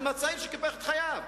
עם הצעיר שקיפד את חייו.